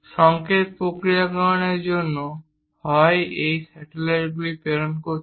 সংকেত প্রক্রিয়াকরণের জন্য হয় এই স্যাটেলাইটগুলি প্রেরণ করছে